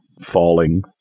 falling